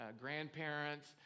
grandparents